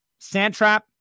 Sandtrap